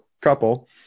couple